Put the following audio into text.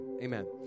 Amen